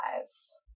lives